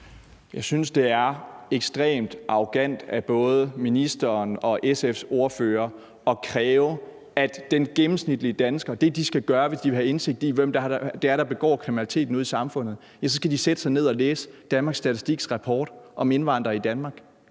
Jeg synes, det er ekstremt arrogant af både ministeren og SF's ordfører at kræve, at den gennemsnitlige dansker, hvis man vil have indsigt i, hvem det er, der begår kriminaliteten, skal sætte sig ned og læse Danmarks Statistiks rapport om indvandrere i Danmark.